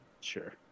sure